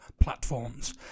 platforms